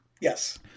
Yes